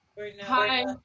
Hi